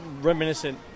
reminiscent